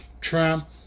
trump